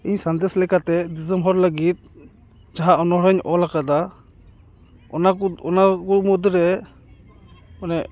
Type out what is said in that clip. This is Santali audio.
ᱤᱧ ᱥᱟᱸᱫᱮᱥ ᱞᱮᱠᱟᱛᱮ ᱫᱤᱥᱚᱢ ᱦᱚᱲ ᱞᱟᱹᱜᱤᱫ ᱡᱟᱦᱟᱸ ᱚᱱᱚᱬᱦᱮᱜ ᱤᱧ ᱚᱞ ᱠᱟᱫᱟ ᱚᱱᱟ ᱠᱚ ᱚᱱᱟ ᱠᱚ ᱢᱩᱫᱽᱨᱮ ᱚᱱᱮ